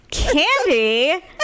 Candy